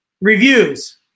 Reviews